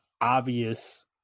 obvious